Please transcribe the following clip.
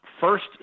first